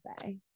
say